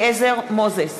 מוזס,